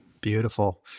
Beautiful